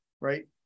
right